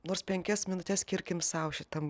nors penkias minutes skirkim sau šitam